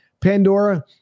Pandora